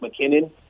McKinnon